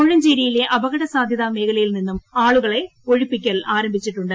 കോഴഞ്ചേരിയിലെ അപകട സാധ്യതാ മേഖലയിൽ നിന്നും ആളുകളെ ഒഴിപ്പിക്കാൻ ആരംഭിച്ചിട്ടുണ്ട്